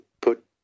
put